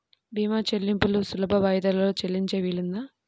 భీమా చెల్లింపులు సులభ వాయిదాలలో చెల్లించే వీలుందా?